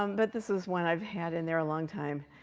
um but this is one i've had in there a long time.